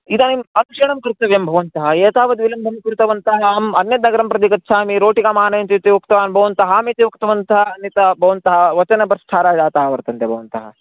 इदानीम् अक्षणं कर्तव्यं भवन्तः एतावत् विलम्बं कृतवन्तः अहम् अन्यत् नगरं प्रति गच्छामि रोटिकाम् आनयन्तु इति उक्तवान् भवन्तः आम् इति उक्तवन्तः अन्यत भवन्तः वचनब्रष्ठाराः जाताः वर्तन्ते भवन्तः